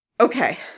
Okay